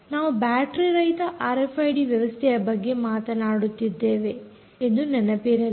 ನಾವು ಬ್ಯಾಟರೀ ರಹಿತ ಆರ್ಎಫ್ಐಡಿ ವ್ಯವಸ್ಥೆ ಬಗ್ಗೆ ಮಾತನಾಡುತ್ತಿದ್ದೇವೆ ಎಂದು ನೆನಪಿರಲಿ